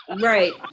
Right